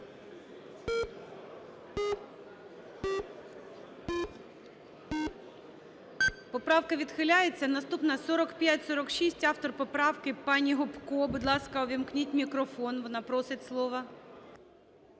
Поправка відхиляється. Наступна – 4546. Автор поправки пані Гопко. Будь ласка, увімкніть мікрофон, вона просить слова.